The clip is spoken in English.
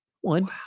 One